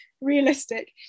realistic